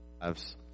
lives